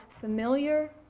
familiar